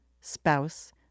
spouse